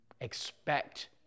Expect